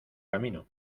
camino